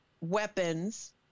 weapons